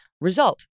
result